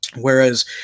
Whereas